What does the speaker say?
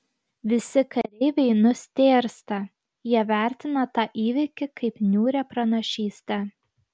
visi kareiviai nustėrsta jie vertina tą įvykį kaip niūrią pranašystę